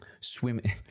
swimming